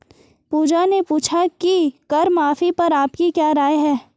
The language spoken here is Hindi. पूजा ने पूछा कि कर माफी पर आपकी क्या राय है?